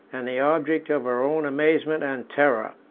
and the object of her own amazement and terror.